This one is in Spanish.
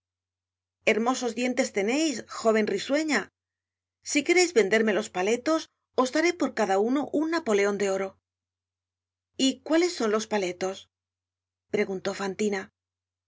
hermosos dientes teneis jóven risueña si quereis venderme los paletos os daré por cada uno un napoleon de oro y cuáles son los paletos preguntó fantina